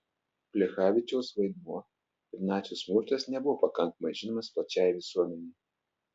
plechavičiaus vaidmuo ir nacių smurtas nebuvo pakankamai žinomas plačiajai visuomenei